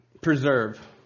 Preserve